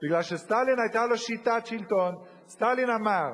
כי סטלין, היתה לו שיטת שלטון, סטלין אמר: